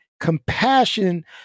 compassion